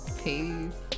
peace